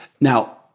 Now